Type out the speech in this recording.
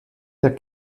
der